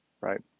right